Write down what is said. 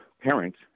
parents